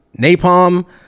napalm